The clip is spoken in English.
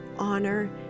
honor